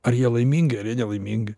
ar jie laimingi ar jie nelaimingi